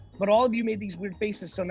but all of you made these weird faces, so and